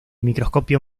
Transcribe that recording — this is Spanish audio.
microscopio